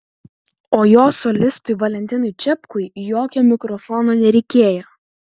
o jo solistui valentinui čepkui jokio mikrofono nereikėjo